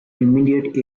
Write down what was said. immediate